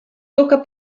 tocca